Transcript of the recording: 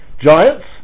giants